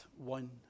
One